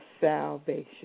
salvation